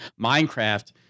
Minecraft